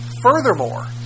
Furthermore